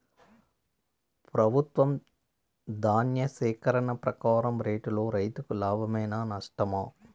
ప్రభుత్వం ధాన్య సేకరణ ప్రకారం రేటులో రైతుకు లాభమేనా నష్టమా?